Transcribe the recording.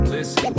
Listen